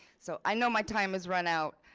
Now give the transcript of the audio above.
so i know my time has run out.